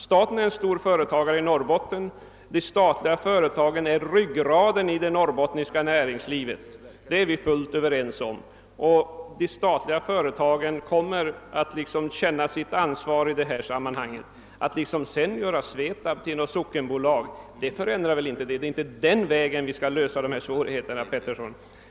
Staten är en stor företagare i Norrbotten; de statliga företagen är ryggraden i det norrbottniska näringslivet — det är vi fullständigt eniga om — och de statliga företagen kommer att känna sitt ansvar i detta sammanhang. Att man sedan försöker göra SVETAB till något slags sockenbolag förändrar inte det hela. Dessa svårigheter skall inte bemästras den vägen, herr Petersson.